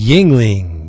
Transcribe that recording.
Yingling